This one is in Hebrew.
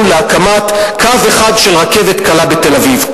להקמת קו אחד של רכבת קלה בתל-אביב,